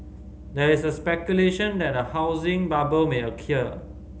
there is speculation that a housing bubble may occur